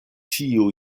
tiu